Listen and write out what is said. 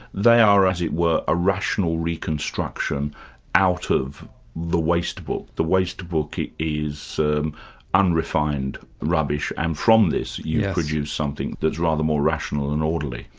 they are, as it were, a rational reconstruction out of the waste book. the waste book is unrefined rubbish, and from this you produce something that's rather more rational and orderly.